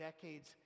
decades